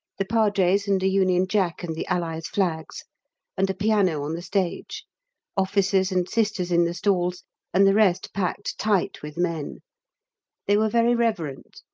the padres and a union jack and the allies' flags and a piano on the stage officers and sisters in the stalls and the rest packed tight with men they were very reverent,